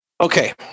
okay